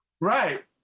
right